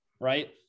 right